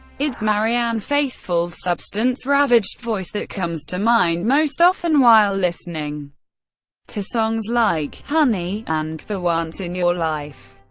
it's marianne faithfull's substance-ravaged voice that comes to mind most often while listening to songs like honey and for once in your life.